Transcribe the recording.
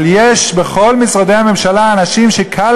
אבל יש בכל משרדי הממשלה אנשים שקל